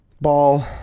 Ball